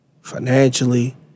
financially